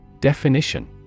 Definition